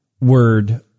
word